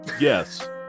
Yes